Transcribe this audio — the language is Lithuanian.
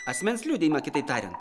asmens liudijimą kitaip tariant